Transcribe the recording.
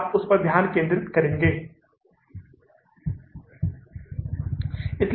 तो हम वित्तपोषण व्यवस्था में यहां क्या करने जा रहे हैं शून्य हम कुछ भी उधार लेने नहीं जा रहे हैं